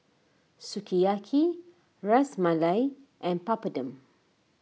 Sukiyaki Ras Malai and Papadum